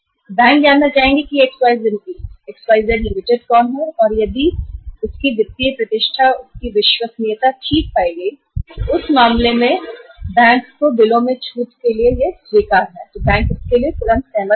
bank जानना चाहेगा कि यह XYZ Ltd कौन है और अगर उनकी वित्तीय प्रतिष्ठा और विश्वसनीयता ठीक पाई गई और बैंक को स्वीकार्य है तो बैंक बिलो में छूट के लिए तुरंत सहमत होंगे